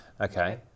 Okay